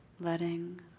letting